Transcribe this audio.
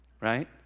right